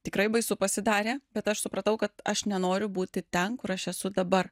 tikrai baisu pasidarė bet aš supratau kad aš nenoriu būti ten kur aš esu dabar